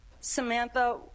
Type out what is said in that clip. Samantha